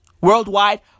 worldwide